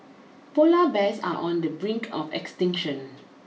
polar bears are on the brink of extinction